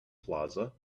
plaza